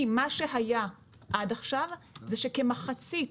כי מה שהיה עד עכשיו זה שכמחצית